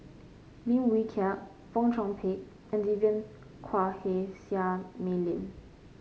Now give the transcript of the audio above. Lim Wee Kiak Fong Chong Pik and Vivien Quahe Seah Mei Lin